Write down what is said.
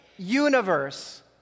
universe